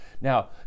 Now